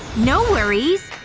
no worries,